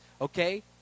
okay